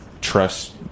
trust